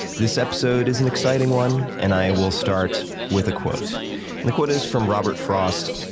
this episode is an exciting one. and i will start with a quote. and the quote is from robert frost.